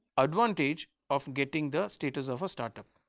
advantage of getting the status of a start-up?